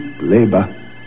labor